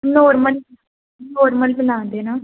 normal normal ਬਣਾ ਦੇਣਾ